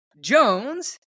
Jones